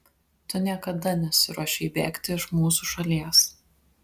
tu niekada nesiruošei bėgti iš mūsų šalies